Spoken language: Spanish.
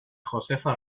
josefa